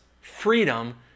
freedom